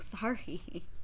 sorry